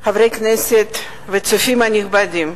חברי כנסת וצופים נכבדים,